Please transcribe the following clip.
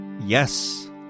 Yes